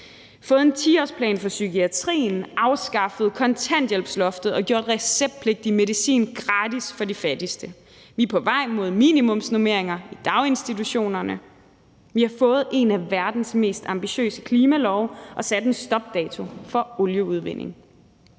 fået en 10-årsplan for psykiatrien; afskaffet kontanthjælpsloftet og gjort receptpligtig medicin gratis for de fattigste; vi er på vej mod minimumsnormeringer i daginstitutionerne; vi har fået en af verdens mest ambitiøse klimalove og sat en stopdato for olieudvinding;